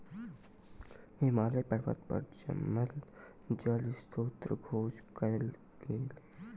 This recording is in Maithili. हिमालय पर्वत पर जमल जल स्त्रोतक खोज कयल गेल